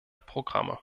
programme